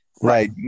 Right